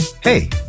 hey